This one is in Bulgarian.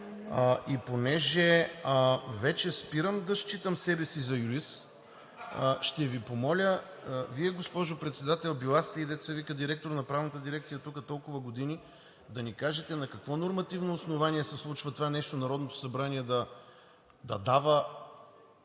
и понеже вече спирам да считам себе си за юрист, ще Ви помоля, Вие госпожо Председател, била сте, дето се вика и директор на Правната дирекция тук толкова години, да ни кажете на какво нормативно основание се случва това нещо – Народното събрание да дава,